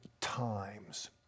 times